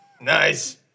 nice